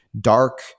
dark